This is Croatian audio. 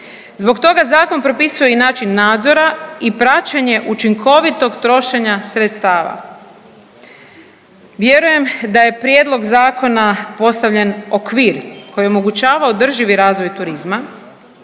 Zbog toga zakon propisuje i način nadzora i praćenje učinkovitog trošenja sredstava. Vjerujem da je prijedlog zakona postavljen okvir koji omogućava održivi razvoj turizma,